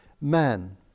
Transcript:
man